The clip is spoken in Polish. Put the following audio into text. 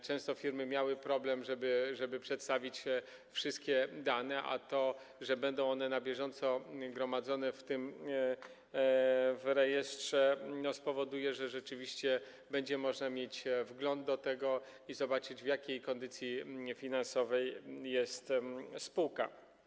Często firmy miały problem, żeby przedstawić wszystkie dane, a to, że będą one na bieżąco gromadzone w tym w rejestrze, spowoduje, że rzeczywiście będzie można mieć wgląd do tego i zobaczyć, w jakiej kondycji finansowej jest spółka.